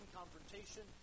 confrontation